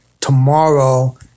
tomorrow